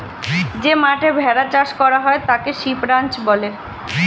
যে মাঠে ভেড়া চাষ করা হয় তাকে শিপ রাঞ্চ বলে